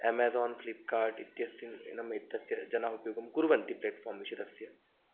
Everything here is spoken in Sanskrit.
अमेज़ान् फ़्लिप्कार्ट् इत्यस्मिन् नाम एतस्य जनाः उपयोगं कुर्वन्ति प्लेट्फ़ां विषये तस्य